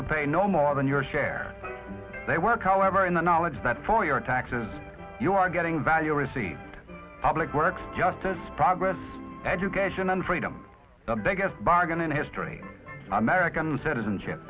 pay no more than your share they work however in the knowledge that for your taxes you are getting value received public works just as progress education and freedom the biggest bargain in history american citizenship